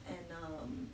and um